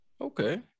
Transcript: Okay